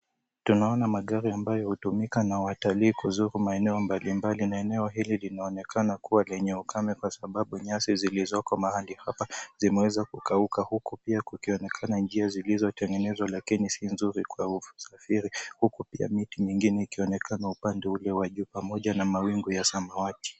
Tunaona magari ambayo hutumika na watalii kuzuru maeneno mbalimbali na eneo hili linaonekana kuwa lenye ukame kwa sababu nyasi zilizoko mahali hapa zimeweza kukauka huku pia kukionekana njia zilizotengenezwa lakini si nzuri kwa usafiri huku pia miti mingine ikionekana upande ulio wa juu pamoja na mawingu ya samawati.